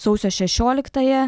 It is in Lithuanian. sausio šešioliktąją